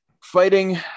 fighting